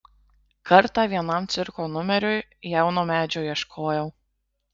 kartą vienam cirko numeriui jauno medžio ieškojau